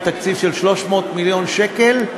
עם תקציב של 300 מיליון שקל,